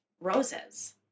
Roses